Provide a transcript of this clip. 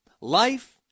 life